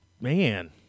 man